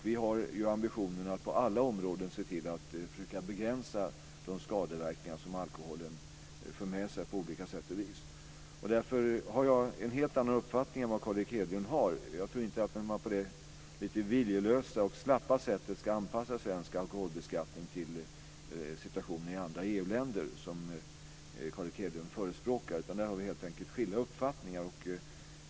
Vi har ju ambitionen att på alla områden försöka begränsa alkoholens skadeverkningar. Därför har jag en helt annan uppfattning än vad Carl Erik Hedlund har. Jag tror inte att man på det lite viljelösa och slappa sätt som Carl Erik Hedlund förespråkar ska anpassa svensk alkoholbeskattning till situationen i andra EU-länder. Där har vi helt enkelt skilda uppfattningar.